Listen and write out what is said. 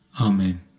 Amen